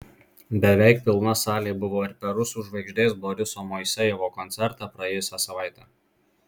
beveik pilna salė buvo ir per rusų žvaigždės boriso moisejevo koncertą praėjusią savaitę